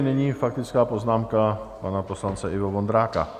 Nyní faktická poznámka pana poslance Ivo Vondráka.